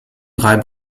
drei